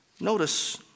notice